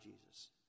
Jesus